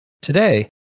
Today